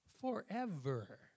Forever